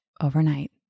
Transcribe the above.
overnight